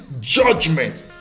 judgment